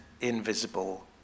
invisible